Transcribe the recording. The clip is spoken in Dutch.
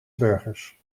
burgers